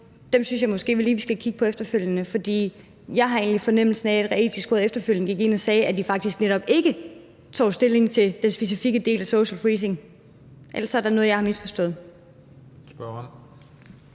dem synes jeg måske vi lige skal kigge på efterfølgende, for jeg har egentlig fornemmelsen af, at Det Etiske Råd efterfølgende sagde, at de faktisk netop ikke tog stilling til den specifikke del af social freezing. Ellers er der noget, jeg har misforstået.